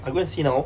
I go and see now